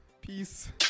Peace